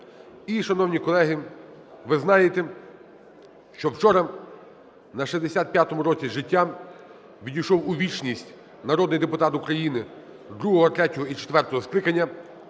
І, шановні колеги, ви знаєте, що вчора на 65-му році життя відійшов у вічність народний депутат України ІІ, ІІІ і IV скликань,